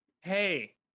Hey